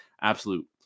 absolute